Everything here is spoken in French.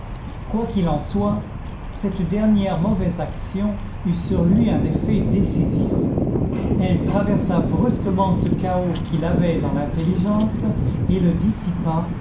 quoi qu'il en soit cette dernière mauvaise action eut sur lui un effet décisif elle traversa brusquement ce chaos qu'il avait dans l'intelligence et le dissipa